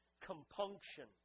compunction